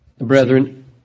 brethren